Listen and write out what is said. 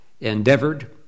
endeavored